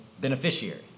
beneficiary